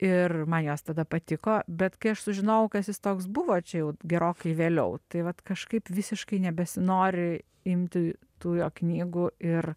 ir man jos tada patiko bet kai aš sužinojau kas jis toks buvo čia jau gerokai vėliau tai vat kažkaip visiškai nebesinori imti tų jo knygų ir